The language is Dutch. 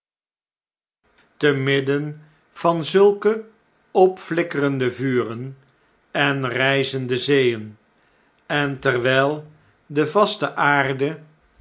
te midden van zulke opfiikkerende vuren en rjjzende zeeen en terwijl de vaste aarde